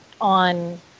on